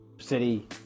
city